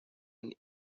and